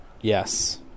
Yes